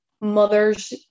mothers